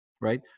Right